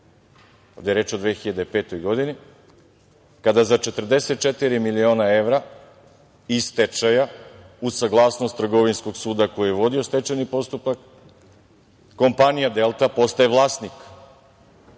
Ovde je reč o 2005. godini kada za 44 miliona evra i stečaja, uz saglasnost Trgovinskog suda koji je vodio stečajni postupak, kompanija Delta postaje vlasnik